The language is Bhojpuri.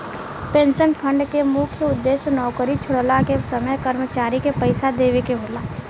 पेंशन फण्ड के मुख्य उद्देश्य नौकरी छोड़ला के समय कर्मचारी के पइसा देवेके होला